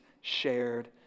shared